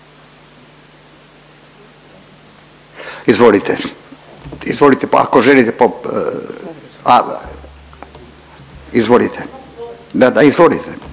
ovdje. Izvolite pa ako želite, izvolite, da, da izvolite.